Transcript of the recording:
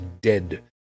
dead